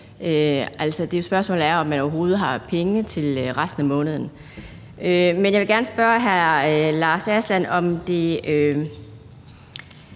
mad. Spørgsmålet er, om man overhovedet har penge til resten af måneden. Men jeg vil gerne spørge hr. Lars Aslan